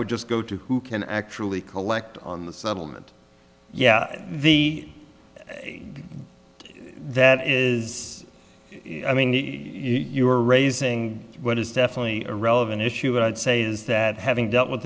would just go to who can actually collect on the settlement yeah the that is i mean you are raising what is definitely a relevant issue but i would say is that having dealt with